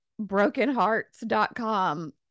brokenhearts.com